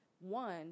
one